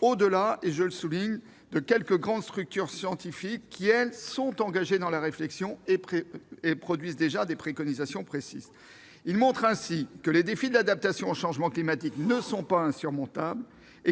au-delà de quelques grandes structures scientifiques qui, pour leur part, sont engagées dans la réflexion et produisent des préconisations précises. Il montre ainsi que les défis de l'adaptation au changement climatique ne sont pas insurmontables.